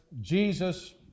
Jesus